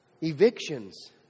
evictions